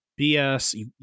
BS